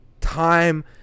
time